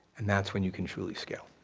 and that's when you can truly scale,